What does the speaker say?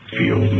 feel